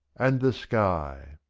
and the sky.